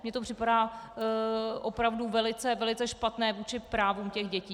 Mně to připadá opravdu velice, velice špatné vůči právům těch dětí.